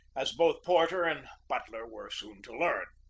as both porter and butler were soon to learn.